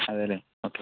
അതെയല്ലെ okay